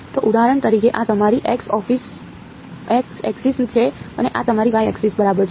તો ઉદાહરણ તરીકે આ તમારી x ઍક્સિસ છે અને આ તમારી y ઍક્સિસ બરાબર છે